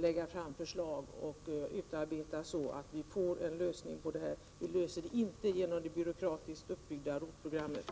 lägga fram förslag till åtgärder för att lösa detta problem. Vi löser det inte genom det byråkratiskt uppbyggda ROT-programmet.